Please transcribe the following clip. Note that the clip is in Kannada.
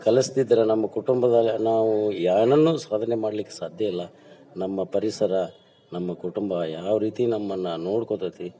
ಕಲಿಸ್ದಿದ್ರೆ ನಮ್ಮ ಕುಟುಂಬದಲ್ಲೇ ನಾವು ಏನನ್ನೂ ಸಾಧನೆ ಮಾಡ್ಲಿಕ್ಕೆ ಸಾಧ್ಯವಿಲ್ಲ ನಮ್ಮ ಪರಿಸರ ನಮ್ಮ ಕುಟುಂಬ ಯಾವ ರೀತಿ ನಮ್ಮನ್ನು ನೋಡ್ಕೊತೇತಿ